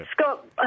Scott